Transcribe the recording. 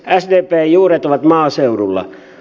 sdpn juuret ovat maaseudulla